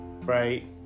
right